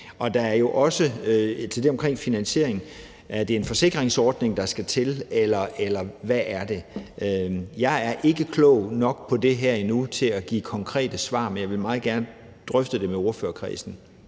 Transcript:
i det her. Til det omkring finansiering vil jeg sige: Er det en forsikringsordning, der skal til, eller hvad er det? Jeg er ikke klog nok på det her endnu til at give konkrete svar, men jeg vil meget gerne drøfte det i ordførerkredsen.